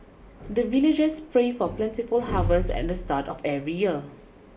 the villagers pray for plentiful harvest at the start of every year